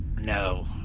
No